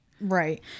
right